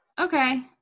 Okay